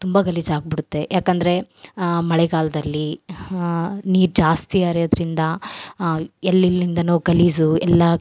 ತುಂಬ ಗಲೀಜು ಆಗ್ಬಿಡತ್ತೆ ಯಾಕಂದರೆ ಮಳೆಗಾಲದಲ್ಲಿ ನೀರು ಜಾಸ್ತಿ ಹರಿಯೋದ್ರಿಂದ ಎಲ್ಲಿ ಎಲ್ಲಿಂದನೋ ಗಲೀಜು ಎಲ್ಲ